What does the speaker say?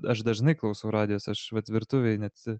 aš dažnai klausau radijos aš vat virtuvėj net